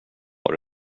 har